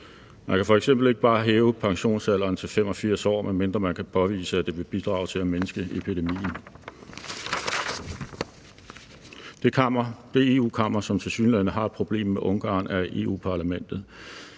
Man kan f.eks. ikke bare hæve pensionsalderen til 85 år, medmindre man kan påvise, at det vil bidrage til at mindske epidemien. Det EU-kammer, som tilsyneladende har et problem med Ungarn, er Europa-Parlamentet.